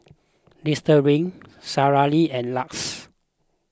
Listerine Sara Lee and Lux